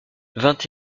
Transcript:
vingt